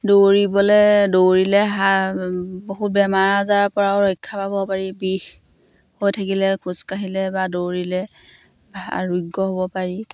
দৌৰিবলৈ দৌৰিলে হা বহু বেমাৰ আজাৰৰ পৰাও ৰক্ষা পাব পাৰি বিষ হৈ থাকিলে খোজকাঢ়িলে বা দৌৰিলে আৰোগ্য হ'ব পাৰি